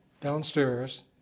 downstairs